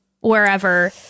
Wherever